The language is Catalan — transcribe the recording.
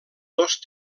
dos